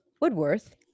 Woodworth